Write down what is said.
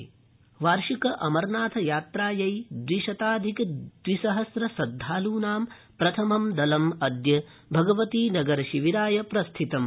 अमरनाथ यात्रा वार्षिकामरनाथयात्रायै द्विशताधिक द्विसहस्र श्रद्धालूनां प्रथमं दलम् अद्य भगवती नगरशिविराय प्रस्थितम्